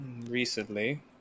recently